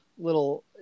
little